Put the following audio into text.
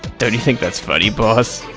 don't you think that's funny, boss?